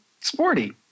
sporty